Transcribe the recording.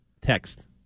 text